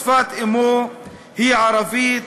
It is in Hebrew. שפת אמו היא ערבית,